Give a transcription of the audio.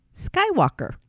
Skywalker